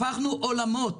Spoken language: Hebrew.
הפכנו עולמות